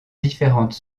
différentes